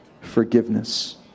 forgiveness